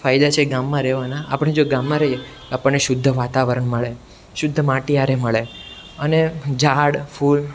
ફાયદા છે ગામમાં રહેવાનાં આપણે જો ગામમાં રહીએ આપણને શુદ્ધ વાતાવરણ મળે શુદ્ધ માટીયાર એ મળે અને ઝાડ ફૂલ